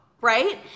Right